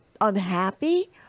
unhappy